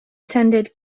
attended